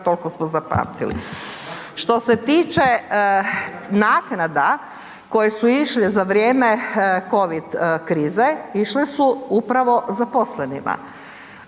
toliko smo zapamtili. Što se tiče naknada koje su išle za vrijeme covid krize, išle su upravo zaposlenima